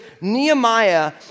Nehemiah